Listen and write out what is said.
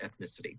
ethnicity